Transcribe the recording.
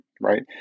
right